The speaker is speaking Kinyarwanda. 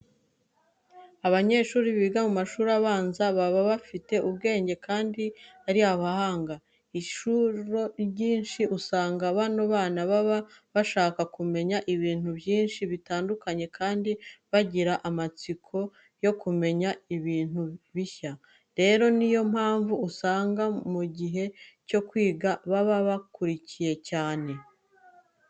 Abanyeshuri biga mu mashuri abanza baba bafite ubwenge kandi ari abahanga. Inshuro nyinshi usanga bano bana baba bashaka kumenya ibintu byinshi bitandukanye kandi bagira amatsiko yo kumenya ibintu bishya. Rero niyo mpamvu usanga mu gihe cyo kwiga baba bakurikiye cyane.